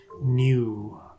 new